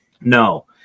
No